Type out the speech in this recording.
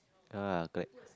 ah correct